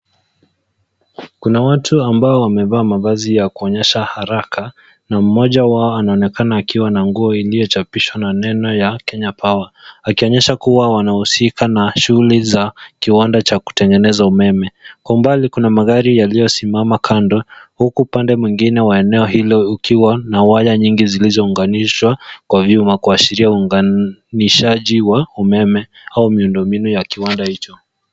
Kuna watu ambao wamevaa mavazi ya kuonyesha haraka na mmoja wao anaonekaana akiwa na nguo iliyochapishwa na neno Kenya Power , akionyasha kuwa wanahusika na shughuli za kiwanda cha kutengeneza umeme. Kwa umbali kuna magari yaliyosimama kando huku pande mwingine wa eneo hilo ukiwa na waya nyingi zilizounganishwa kwa vyuma kuashiria unganishaji wa umeme au miundombinu ya kiwanda hicho.